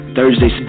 Thursday